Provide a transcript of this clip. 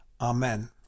Amen